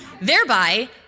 thereby